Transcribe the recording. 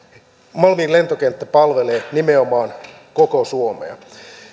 malmin lentokenttä palvelee nimenomaan koko suomea